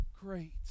great